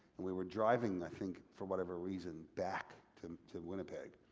we were driving, i think, for whatever reason, back to to winnipeg,